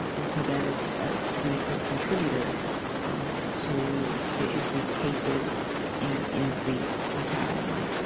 and so that is a significant contributor to the increased cases and increased mortality